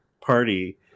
party